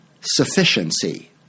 sufficiency